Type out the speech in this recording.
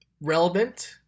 relevant